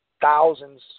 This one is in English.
thousands